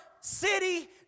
city